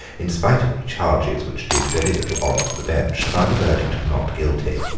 in spite of charges which did very little honour to the bench, found a verdict of not guilty.